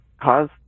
cause